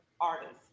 artists